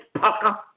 pucker